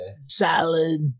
Salad